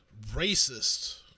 Racist